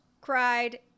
cried